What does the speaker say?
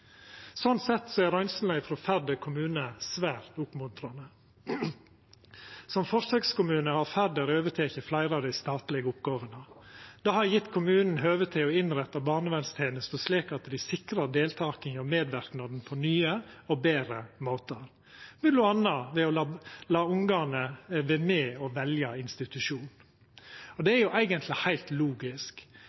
Sånn sett er røynslene frå Færder kommune svært oppmuntrande. Som forsøkskommune har Færder teke over fleire av dei statlege oppgåvene. Det har gjeve kommunen høve til å innretta barnevernstenesta slik at dei sikrar deltakinga og medverknaden på nye og betre måtar, mellom anna ved å la ungane vera med og velja institusjon. Det er eigentleg heilt logisk.